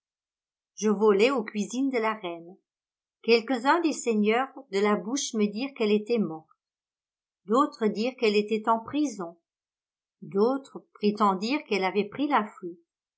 je volai aux cuisines de la reine quelques uns des seigneurs de la bouche me dirent qu'elle était morte d'autres dirent qu'elle était en prison d'autres prétendirent qu'elle avait pris la fuite